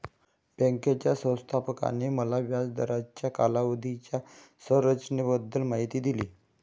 बँकेच्या व्यवस्थापकाने मला व्याज दराच्या कालावधीच्या संरचनेबद्दल माहिती दिली